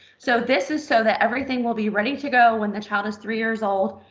so this is so that everything will be ready to go when the child is three years old.